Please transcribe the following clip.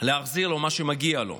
להחזיר לו מה שמגיע לו.